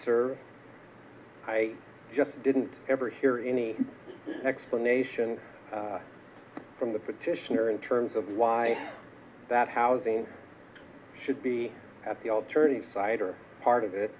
serve i just didn't ever hear any explanation from the petitioner in terms of why that housing should be at the alternative site or part of it